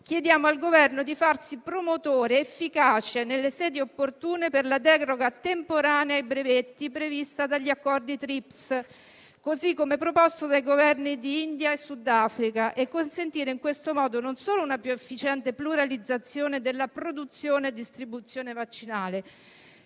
chiediamo al Governo di farsi promotore efficace nelle sedi opportune per la deroga temporanea ai brevetti prevista dagli accordi TRIPs (Trade related aspects of intellectual property rights), così come proposto dai Governi di India e Sudafrica, e consentire in questo modo non solo una più efficiente pluralizzazione della produzione e distribuzione vaccinale,